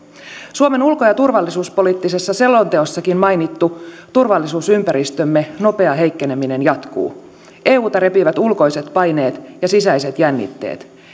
suomen ulko ja turvallisuuspoliittisessa selonteossakin mainittu turvallisuusympäristömme nopea heikkeneminen jatkuu euta repivät ulkoiset paineet ja sisäiset jännitteet